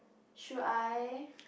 should I